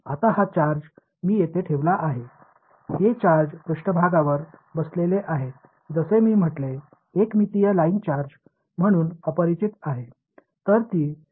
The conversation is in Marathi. आता हा चार्ज मी येथे ठेवला आहे हे चार्ज पृष्ठभागावर बसलेले आहे जसे मी म्हटले एक मितीय लाइन चार्ज म्हणून अपरिचित आहे